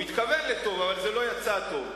הוא התכוון לטוב, אבל זה לא יצא טוב.